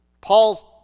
Paul's